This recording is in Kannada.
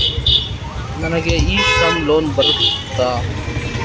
ನನಗೆ ಇ ಶ್ರಮ್ ಲೋನ್ ಬರುತ್ತಾ?